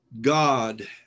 God